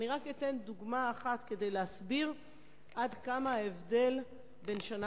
אתן רק דוגמה אחת כדי להסביר עד כמה ההבדל בין השנה